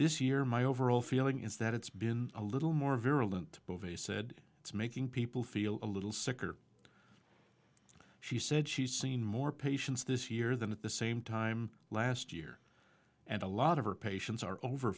this year my overall feeling is that it's been a little more virulent beauvais said it's making people feel a little sicker she said she's seen more patients this year than at the same time last year and a lot of her patients are